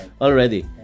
already